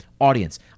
audience